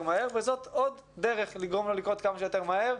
מהר וזאת עוד דרך לגרום לו לקרות כמה שיותר מהר.